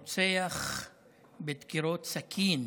רוצח בדקירות סכין